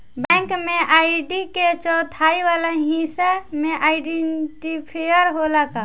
Bank में ID के चौथाई वाला हिस्सा में आइडेंटिफैएर होला का?